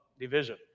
division